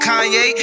Kanye